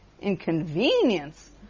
inconvenience